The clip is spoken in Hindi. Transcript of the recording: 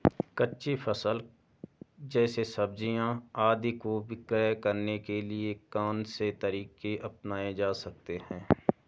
कच्ची फसल जैसे सब्जियाँ आदि को विक्रय करने के लिये कौन से तरीके अपनायें जा सकते हैं?